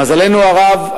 למזלנו הרב,